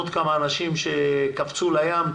עוד כמה אנשים שקפצו לים,